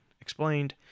explained